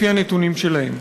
לפי הנתונים שלהם.